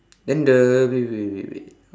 then the wait wait wait wait